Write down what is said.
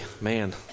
Man